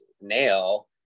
nail